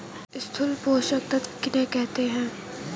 स्थूल पोषक तत्व किन्हें कहते हैं?